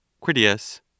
Critias